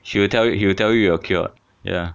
she will tell you he will tell you you are cured ya